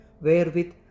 wherewith